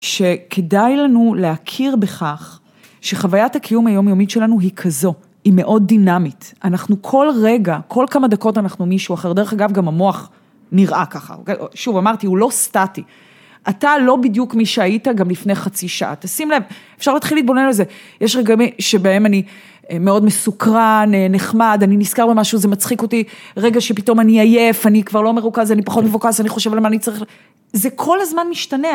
שכדאי לנו להכיר בכך, שחוויית הקיום היומיומית שלנו היא כזו, היא מאוד דינמית. אנחנו כל רגע, כל כמה דקות אנחנו מישהו אחר, דרך אגב גם המוח נראה ככה, אוקיי-שוב אמרתי, הוא לא סטטי. אתה לא בדיוק מי שהיית גם לפני חצי שעה, תשים לב, אפשר להתחיל לתבונן על זה, יש רגעים מ-שבהם אני, מאוד מסוקרן, א...נחמד, אני נזכר במשהו, זה מצחיק אותי, רגע שפתאום אני עייף, אני כבר לא מרוכז, אני פחות מפוקס, אני חושב על מה אני צריך ל-, זה כל הזמן משתנה